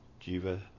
Jiva